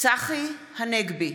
צחי הנגבי,